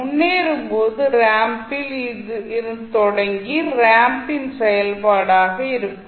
முன்னேறும்போது ரேம்ப் ல் இருந்து தொடங்கி ரேம்ப் ன் செயல்பாடு இருக்கும்